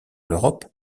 l’europe